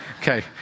okay